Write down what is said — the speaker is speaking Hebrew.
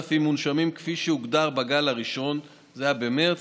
5,000 מונשמים כפי שהוגדר בגל הראשון, שהיה במרץ,